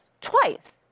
twice